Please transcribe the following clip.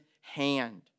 hand